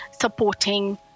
supporting